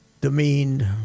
demeaned